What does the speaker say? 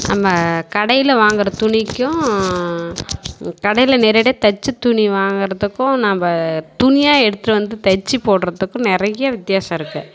நம்ம கடையில் வாங்குற துணிக்கும் கடையில் நேரடியாக தைச்ச துணி வாங்குறதுக்கும் நம்ப துணியாக எடுத்துட்டு வந்து தைச்சு போடுறதுக்கும் நிறைய வித்தியாசம் இருக்குது